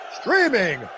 streaming